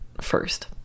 first